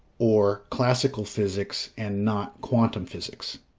or classical physics and not quantum physics.